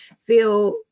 feel